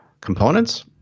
components